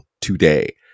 today